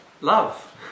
love